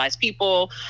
people